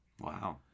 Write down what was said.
wow